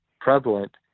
prevalent